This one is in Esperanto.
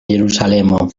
jerusalemo